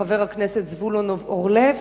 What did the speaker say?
וחבר הכנסת זבולון אורלב,